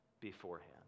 beforehand